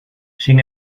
sin